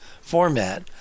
format